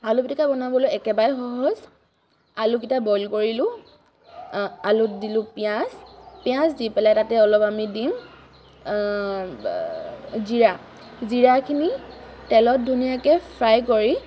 আলু পিটিকা বনাবলৈ একেবাৰে সহজ আলুকেইটা বইল কৰিলোঁ আলুত দিলোঁ পিঁয়াজ পিঁয়াজ দি পেলাই তাত অলপ আমি দিম জিৰা জিৰাখিনি তেলত ধুনীয়াকৈ ফ্ৰাই কৰি